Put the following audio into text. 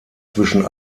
zwischen